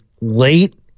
late